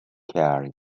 carry